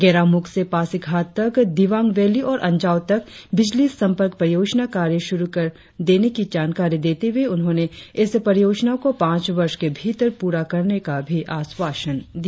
गेरुकामुख से पासीघाट तक दिबांग वैली और अंजाव तक बिजली संपर्क परियोजना कार्य शुरु कर देने की जानकारी देते हुए उन्होंने इस परियोजना को पांच वर्ष के भीतर पूरा करने का भी आश्वासन दिया